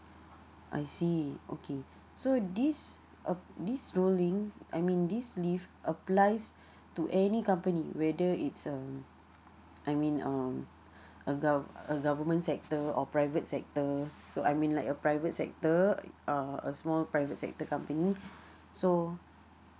I see okay so this uh this ruling I mean this leave applies to any company whether it's um I mean um a gov a government sector or private sector so I mean like a private sector uh a small private sector company so